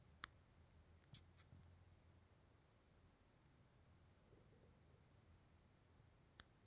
ನೈತಿಕ ಬ್ಯಾಂಕು ತಮ್ಮ ಗ್ರಾಹಕರ್ರಿಗೆ ಹಣವನ್ನ ಮದ್ಯ, ತಂಬಾಕು, ಶಸ್ತ್ರಾಸ್ತ್ರ ಅಥವಾ ಕೆಲವು ಸರಕನ್ಯಾಗ ಹೂಡಿಕೆ ಮಾಡೊದಿಲ್ಲಾ